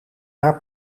haar